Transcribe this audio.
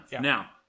Now